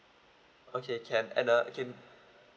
okay can and uh can